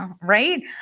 right